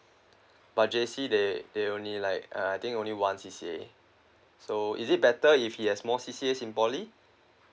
but J_C they they only like uh I think only one C_C_A so is it better if he has more C_C_A in poly